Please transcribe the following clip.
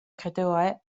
credoau